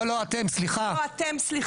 לא, אתם, סליחה.